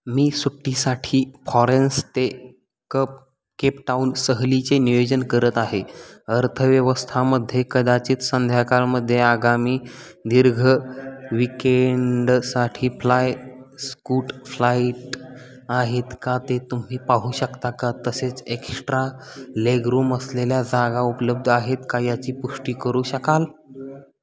मी सुट्टीसाठी फॉरेन्स ते कप केपटाऊन सहलीचे नियोजन करत आहे अर्थव्यवस्थामध्ये कदाचित संध्याकाळमध्ये आगामी दीर्घ विकेंडसाठी फ्लाय स्कूट फ्लाईट आहेत का ते तुम्ही पाहू शकता का तसेच एक्स्ट्रा लेगरूम असलेल्या जागा उपलब्ध आहेत का याची पुष्टी करू शकाल